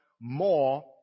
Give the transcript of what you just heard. more